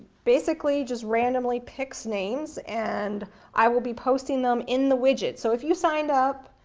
basically just randomly picks names, and i will be posting them in the widget. so if you signed up,